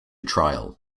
trial